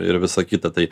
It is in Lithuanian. ir visa kita tai